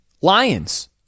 Lions